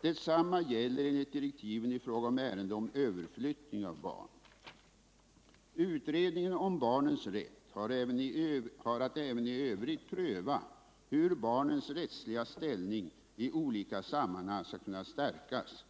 Detsamma gäller enligt direktiven i fråga om ärende om överflyttning av barn. Utredningen om barnens rätt har att även i övrigt pröva hur barnens rättsliga ställning i olika sammanhang skall kunna stärkas.